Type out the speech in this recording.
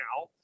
now